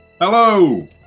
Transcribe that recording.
Hello